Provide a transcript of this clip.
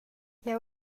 jeu